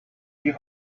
you